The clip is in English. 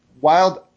Wild